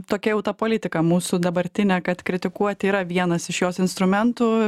tokia jau ta politika mūsų dabartinė kad kritikuoti yra vienas iš jos instrumentų